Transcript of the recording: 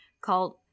called